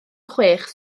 chwech